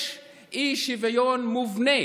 יש אי-שוויון מובנה